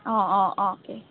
অঁ অঁ অ'কে